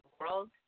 world